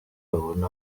babone